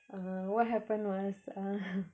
err what happened was uh